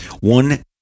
one